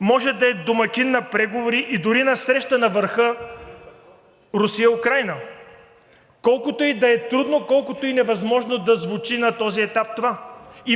може да е домакин на преговори и дори на среща на върха Русия – Украйна, колкото и да е трудно, колкото и невъзможно да звучи на този етап това.